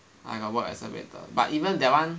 I got work as a waiter but even that one ya